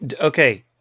Okay